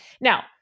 Now